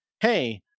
Hey